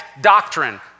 doctrine